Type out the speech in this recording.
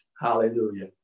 hallelujah